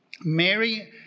Mary